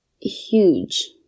huge